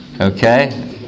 okay